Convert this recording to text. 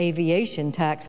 aviation tax